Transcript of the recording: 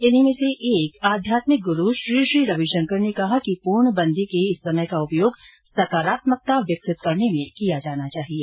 इन्हीं में से एक आध्यातमिक गुरू श्री श्री रविशंकर ने कहा है कि पूर्ण बंदी के इस समय का उपयोग सकारात्मकता विकसित करने में किया जाना चाहिए